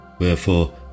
Wherefore